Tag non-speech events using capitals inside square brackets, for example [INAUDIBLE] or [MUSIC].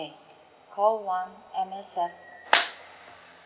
call one M_S_F [NOISE]